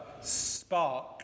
Spark